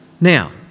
Now